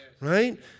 Right